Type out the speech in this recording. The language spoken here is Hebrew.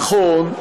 נכון,